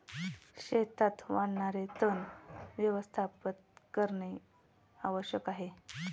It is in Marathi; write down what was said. शेतात वाढणारे तण व्यवस्थापित करणे आवश्यक आहे